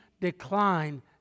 decline